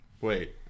Wait